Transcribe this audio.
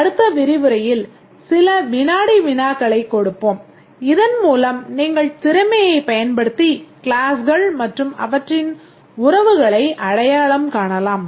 அடுத்த விரிவுரையில் சில வினாடி வினாக்களைக் கொடுப்போம் இதன்மூலம் நீங்கள் திறமையை பயன்படுத்தி க்ளாஸ்கள் மற்றும் அவற்றின் உறவுகளை அடையாளம் காணலாம்